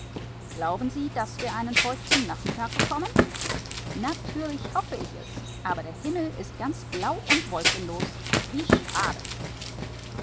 glauben sie daß es heut nachmittag regnen wird ich möcht es sehr wünschen aber der himmel ist ganz blau und kein wölkchen ist darauf wie schade